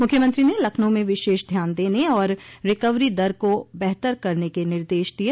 मूख्यमंत्री ने लखनऊ में विशेष ध्यान देने और रिकवरी दर को बेहतर करने के निर्देश दिये